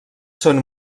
són